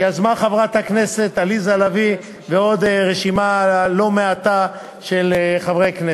שיזמו חברת הכנסת עליזה לביא ועוד רשימה לא מעטה של חברי כנסת.